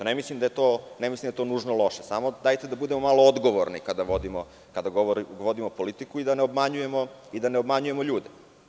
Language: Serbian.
Ne mislim da je to nužno loše, samo dajte da budemo malo odgovorni kada vodimo politiku i da ne obmanjujemo ljude.